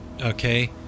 Okay